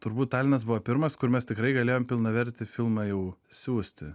turbūt talinas buvo pirmas kur mes tikrai galėjom pilnavertį filmą jau siųsti